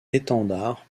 étendard